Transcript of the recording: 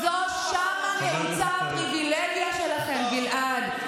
שם נעוצה הפריבילגיה שלכם, גלעד.